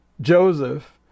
Joseph